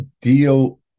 deal